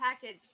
package